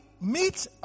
meet